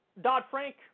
Dodd-Frank